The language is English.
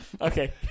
Okay